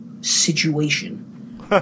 situation